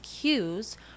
cues